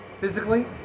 physically